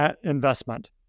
investment